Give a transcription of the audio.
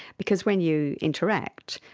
because when you interact,